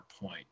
point